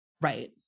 Right